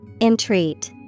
Entreat